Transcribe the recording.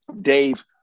Dave